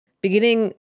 beginning